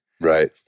right